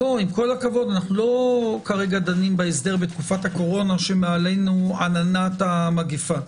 אנחנו לא כרגע דנים בהסדר בתקופת הקורונה כשמעלינו עננת המגפה.